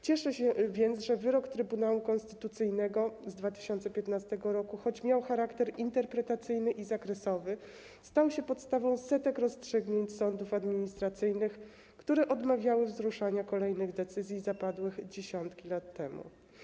Cieszę się więc, że wyrok Trybunału Konstytucyjnego z 2015 r., choć miał charakter interpretacyjny i zakresowy, stał się podstawą setek rozstrzygnięć sądów administracyjnych, które odmawiały wzruszania kolejnych decyzji zapadłych dziesiątki lat temu.